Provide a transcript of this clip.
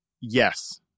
yes